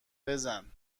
بزن